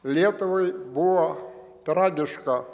lietuvai buvo tragiška